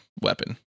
weapon